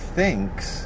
thinks